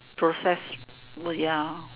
process !whoa! ya